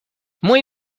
muy